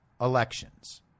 elections